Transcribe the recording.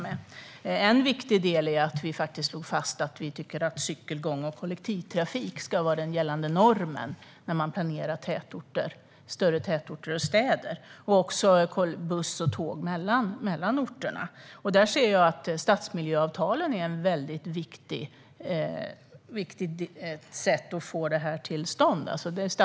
En viktig del är att vi slog fast att cykel-, gång och kollektivtrafik ska vara den gällande normen när man planerar tätorter, större tätorter och städer, liksom att det ska gå buss och tåg mellan orterna. Stadmiljöavtalen är ett viktigt sätt att få detta till stånd.